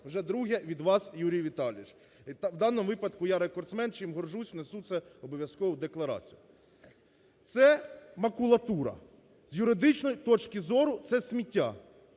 вже друге від вас, Юрій Віталійовичу, в даному випадку я рекордсмен, чим горджусь, внесу це обов'язково в декларацію. Це – макулатура, з юридичної точки зору – це сміття,